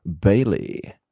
Bailey